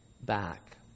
back